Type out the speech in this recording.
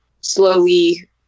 slowly